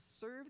serve